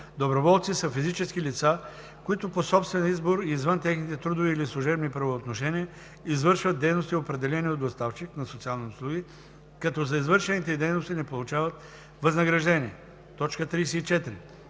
„Доброволци“ са физически лица, които по собствен избор и извън техните трудови или служебни правоотношения извършват дейности, определени от доставчик на социални услуги, като за извършените дейности не получават възнаграждение. 34.